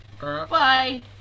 Bye